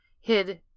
hid